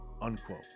unquote